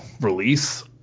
release